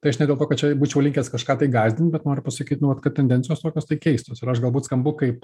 tai aš ne dėlto kad čia būčiau linkęs kažką tai gąsdint bet noriu pasakyt nu vat kad tendencijos tokios keistos ir aš galbūt skambu kaip